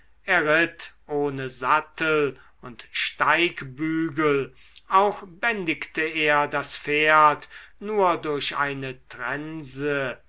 er ritt ohne sattel und steigbügel auch bändigte er das pferd nur durch eine trense